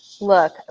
Look